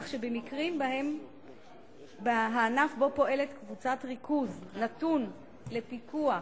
כך שבמקרים שבהם הענף שבו פועלת קבוצת ריכוז נתון לפיקוח